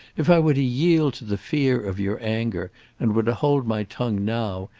if i were to yield to the fear of your anger and were to hold my tongue now,